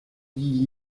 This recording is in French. dit